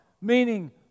Meaning